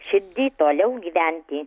širdy toliau gyventi